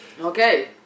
Okay